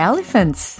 Elephants